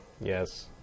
Yes